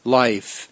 life